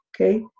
okay